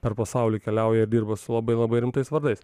per pasaulį keliauja ir dirba su labai labai rimtais vardais